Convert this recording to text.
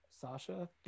Sasha